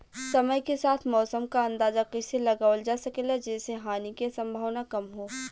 समय के साथ मौसम क अंदाजा कइसे लगावल जा सकेला जेसे हानि के सम्भावना कम हो?